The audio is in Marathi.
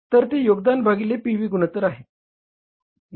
तर ते योगदान भागिले पी व्ही गुणोत्तर आहे